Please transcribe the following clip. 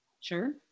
Sure